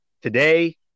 today